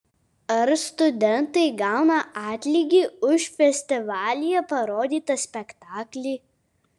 ar studentai gauna atlygį už festivalyje parodytą spektaklį